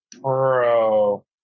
Bro